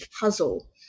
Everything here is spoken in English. puzzle